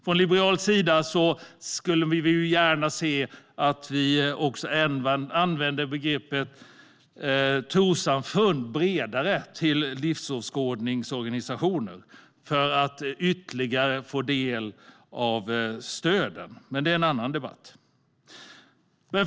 Vi liberaler skulle gärna se att vi använde begreppet trossamfund bredare om livsåskådningsorganisationer för att dessa ska få ytterligare del av stöden. Men det är en annan debatt.